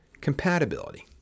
Compatibility